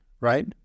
right